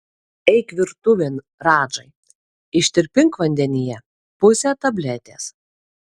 eik virtuvėn radžai ištirpink vandenyje pusę tabletės